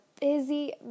busy